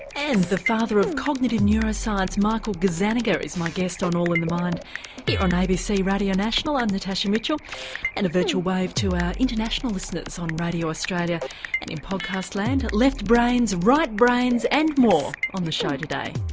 and the father of cognitive neuroscience, michael gazzaniga, is my guest on all in the mind here on abc radio national, i'm natasha mitchell and a virtual wave to our international listeners on radio australia and in podcast land left brains, right brains and more on the show today.